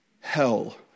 hell